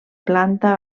planta